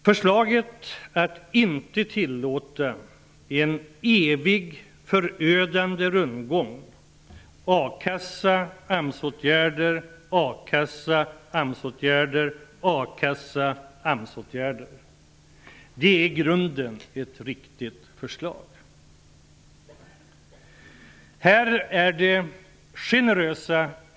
Förslaget att inte tillåta en evig förödande rundgång a-kassa--AMS-åtgärder och återigen akassa--AMS-åtgärder är i grunden riktigt. Övergångsbestämmelserna är generösa.